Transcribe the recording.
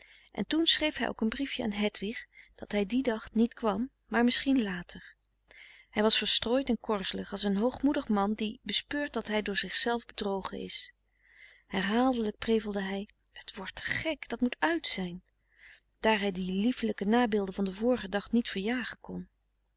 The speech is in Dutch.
en toen schreef hij ook een briefje aan hedwig dat hij dien dag niet kwam maar misschien later hij was verstrooid en korzelig als een hoogmoedig man die bespeurt dat hij door zichzelf bedrogen is herhaaldelijk prevelde hij t wordt te gek dat moet uit zijn daar hij de lieflijke nabeelden van den vorigen dag niet verjagen kon